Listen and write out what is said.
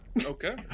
Okay